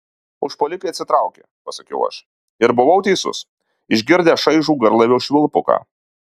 užpuolikai atsitraukė pasakiau aš ir buvau teisus išgirdę šaižų garlaivio švilpuką